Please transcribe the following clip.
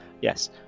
yes